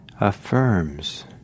affirms